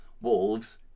wolves